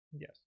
Yes